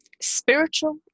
Spiritual